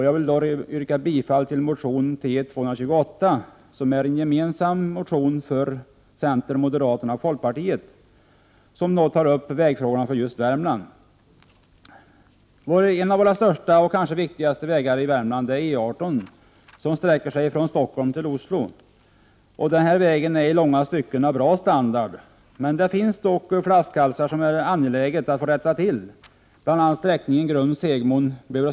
Jag yrkar bifall till motion T228 som är en gemensam motion från centerpartiet, moderaterna och folkpartiet och som tar upp vägförhållandena i Värmland. En av våra största vägar, kanske den viktigaste vägen i Värmland, är E 18 som sträcker sig i från Stockholm till Oslo. Vägen har på långa sträckor en bra standard. Det finns dock flaskhalsar som det är angeläget att man rättar till.